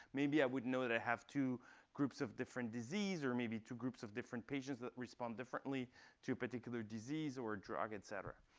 maybe i would know that i have two groups of different disease or maybe two groups of different patients that respond differently to a particular disease or drug et cetera.